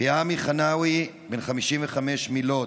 פהמי חינאווי, בן 55, מלוד,